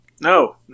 No